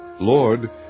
Lord